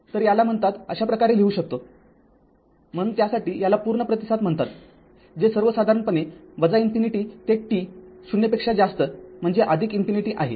तरयाला म्हणतात अशा प्रकारे लिहू शकतोम्हणून त्यासाठी याला पूर्ण प्रतिसाद म्हणतातजे सर्वसाधारणपणे ∞ ते t ० पेक्षा जास्त म्हणजे ∞आहे